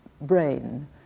brain